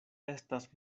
estas